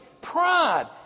Pride